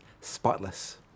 spotless